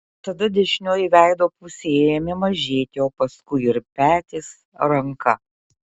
tada dešinioji veido pusė ėmė mažėti o paskui ir petys ranka